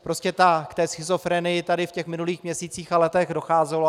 Prostě k té schizofrenii tady v těch minulých měsících a letech docházelo.